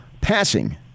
passing